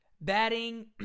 Batting